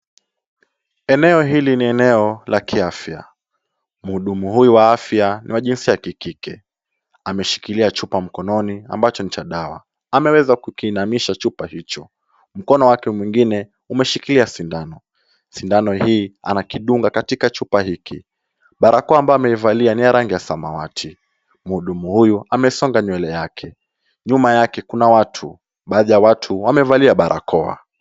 Eneo hili ni ni eneo la kiafya. Mhudumu huyu wa afya ni wa jinsia yake kike. Ameshikilia chupa mkononi ambacho ni cha dawa. Ameweza kukiinamisha chupa hicho. Mkono wake mwingine umeshikilia sindano. Sindano hii anakidunga katika chupa hiki. Barakoa ambayo ameivalia ni ya rangi ya samawati. Mhudumu huyu amesonga nywele yake. Nyuma yake kuna watu, baadhi ya watu wamevalia barakoa.